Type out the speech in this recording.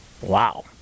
Wow